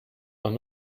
are